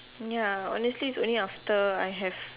ya honestly it's only after I have